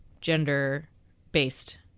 gender-based